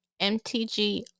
MTG